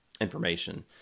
information